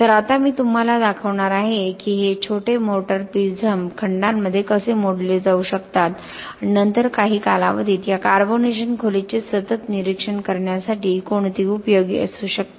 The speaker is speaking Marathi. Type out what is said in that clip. तर आता मी तुम्हाला दाखवणार आहे की हे छोटे मोटर प्रिझम खंडांमध्ये कसे मोडले जाऊ शकतात आणि नंतर काही कालावधीत या कार्बोनेशन खोलीचे सतत निरीक्षण करण्यासाठी कोणते उपयोगी असू शकतात